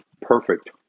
perfect